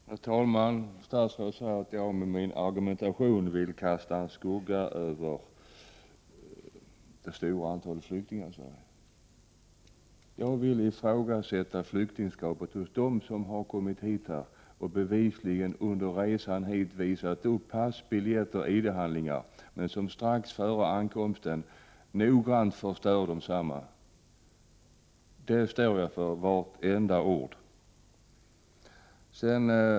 Herr talman! Statsrådet Georg Andersson säger att jag med min argumentation vill kasta en skugga över det stora antalet flyktingar. Jag ifrågasätter flyktingskapet hos dem som har kommit hit och under resan hit bevisligen visat upp pass, biljetter och andra ID-handlingar, men som strax före ankomsten noggrant förstör dessa. Jag står för vartenda ord.